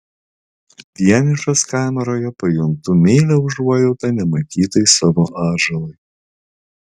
vienišas kameroje pajuntu meilią užuojautą nematytai savo atžalai